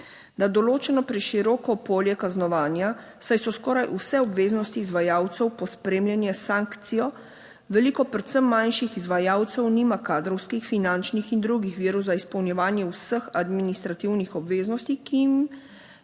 na določeno preširoko polje kaznovanja, saj so skoraj vse obveznosti izvajalcev pospremljene s sankcijo. Veliko predvsem manjših izvajalcev nima kadrovskih, finančnih in drugih virov za izpolnjevanje vseh administrativnih obveznosti, ki jim